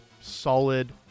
solid